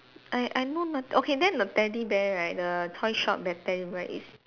I I know no~ okay then the teddy bear right the toy shop that teddy bear is